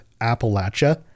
Appalachia